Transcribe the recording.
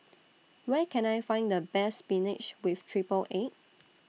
Where Can I Find The Best Spinach with Triple Egg